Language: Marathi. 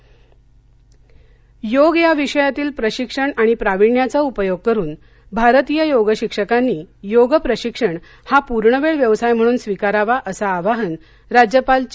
योग योग या विषयातील प्रशिक्षण आणि प्राविण्याचा उपयोग करुन भारतीय योग शिक्षकांनी योग प्रशिक्षण हा पूर्णवेळ व्यवसाय म्हणून स्वीकारावा असं आवाहन राज्यपाल चे